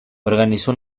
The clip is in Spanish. organizó